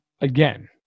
again